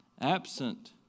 Absent